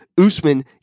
Usman